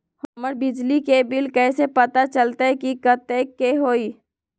हमर बिजली के बिल कैसे पता चलतै की कतेइक के होई?